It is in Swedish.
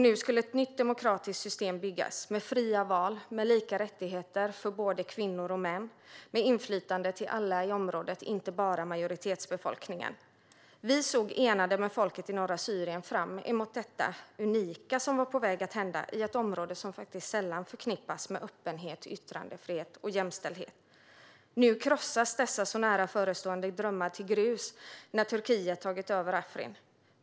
Nu skulle ett nytt demokratiskt system byggas, med fria val, lika rättigheter för kvinnor och män och inflytande för alla i området, inte bara majoritetsbefolkningen. Vi såg tillsammans med folket i norra Syrien fram emot detta unika som var på väg att hända i ett område som sällan förknippas med öppenhet, yttrandefrihet och jämställdhet. Nu krossas dessa så nära förestående drömmar till grus när Turkiet har tagit över Afrin.